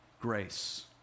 Grace